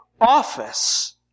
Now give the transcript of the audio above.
office